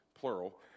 plural